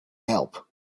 help